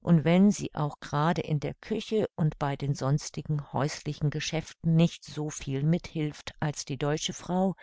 und wenn sie auch grade in der küche und bei den sonstigen häuslichen geschäften nicht soviel mithilft als die deutsche frau